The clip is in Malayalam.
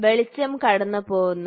വെളിച്ചം കടന്നുപോകുന്നു